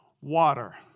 water